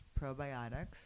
probiotics